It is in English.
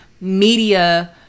media